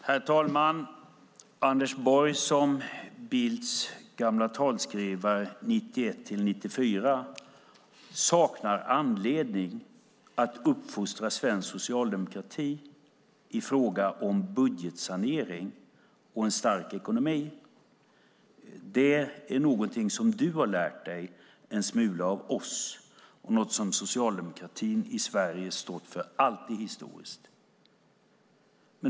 Herr talman! Anders Borg som Bildts gamla talskrivare 1991-1994 saknar anledning att uppfostra svensk socialdemokrati i fråga om budgetsanering och en stark ekonomi. Det är någonting som du har lärt dig en smula av oss, något som socialdemokratin i Sverige alltid stått för historiskt.